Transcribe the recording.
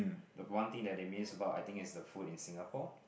the one thing that they miss about I think is the food in Singapore